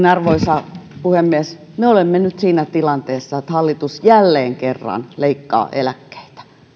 arvoisa puhemies me olemme nyt siinä tilanteessa että hallitus jälleen kerran leikkaa eläkkeitä